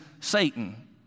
Satan